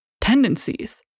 tendencies